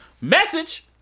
Message